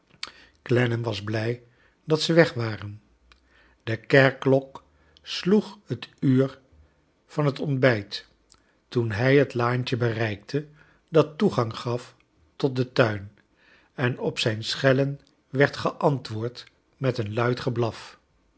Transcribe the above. clennam was blij dat ze weg i waren j de kerkklok sloeg het uur vaii hot j ontbijt toen hij het laantje bereik j te dat toegang gaf tot den tnin en op zijn schellen werd geaniwoord j met een luid geblaf